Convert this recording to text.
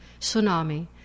Tsunami